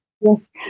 Yes